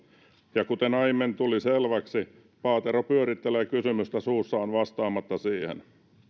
ja kuten aiemmin tuli selväksi paatero pyörittelee kysymystä suussaan vastaamatta siihen